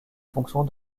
fonctions